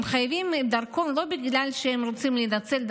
הם חייבים דרכון לא בגלל שהם רוצים לנצל את